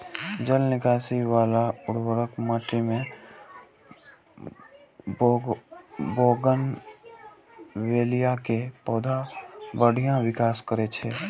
जल निकासी बला उर्वर माटि मे बोगनवेलिया के पौधा बढ़िया विकास करै छै